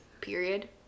period